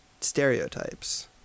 stereotypes